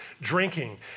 drinking